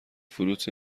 فلوت